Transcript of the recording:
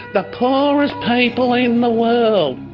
but poorest people in the world.